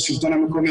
השלטון המקומי,